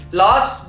last